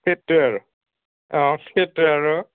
সেইটোৱে আৰু অঁ সেইটোৱে আৰু